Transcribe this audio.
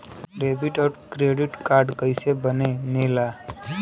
Debit और credit card कईसे बने ने ला?